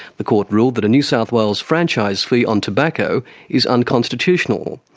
the court ruled that a new south wales franchise fee on tobacco is unconstitutional,